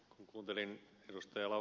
kun kuuntelin ed